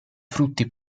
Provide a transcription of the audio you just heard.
frutti